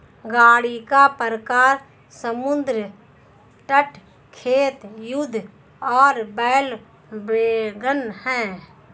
गाड़ी का प्रकार समुद्र तट, खेत, युद्ध और बैल वैगन है